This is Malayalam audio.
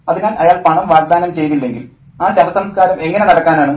അതിനാൽ അയാൾ പണം വാഗ്ദാനം ചെയ്തില്ലെങ്കിൽ ആ ശവസംസ്കാരം എങ്ങനെ നടക്കാനാണ്